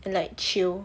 and like chill